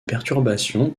perturbations